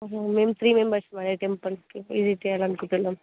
మేము three members అండి టెంపుల్కి విజిట్ చేయాలని అనుకుంటున్నాం